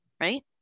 right